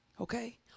okay